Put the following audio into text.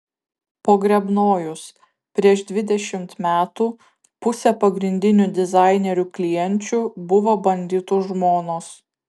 pogrebnojus prieš dvidešimt metų pusė pagrindinių dizainerių klienčių buvo banditų žmonos